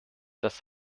das